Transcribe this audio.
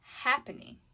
happening